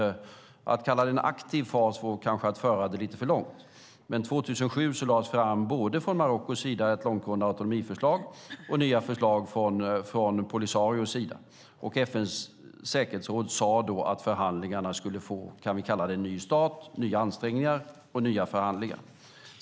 Att kalla den aktiv vore kanske att föra det lite för långt, men 2007 lades ett långtgående autonomiförslag fram från Marockos sida. Nya förslag lades också fram från Polisarios sida. FN:s säkerhetsråd sade då att förhandlingarna skulle få - det kan vi kalla det - en ny start. Det skulle bli nya ansträngningar och nya förhandlingar.